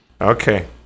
Okay